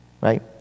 right